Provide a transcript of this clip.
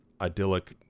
idyllic